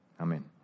Amen